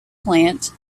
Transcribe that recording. plant